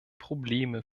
probleme